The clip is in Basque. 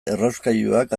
errauskailuak